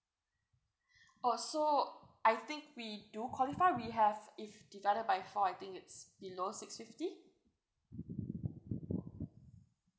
oh so I think we do qualify we have if divided by four I think it's below six fifty